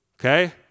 Okay